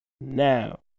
Now